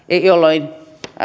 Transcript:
jolloin